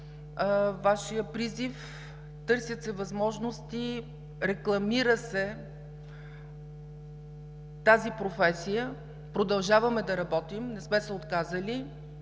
Вашия призив. Търсят се възможности, рекламира се тази професия. Продължаваме да работим, не сме се отказали.